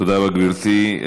תודה רבה, גברתי.